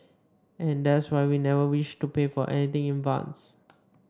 and that's why we never wished to pay for anything in advance